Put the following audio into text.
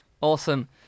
Awesome